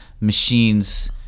machines